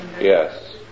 Yes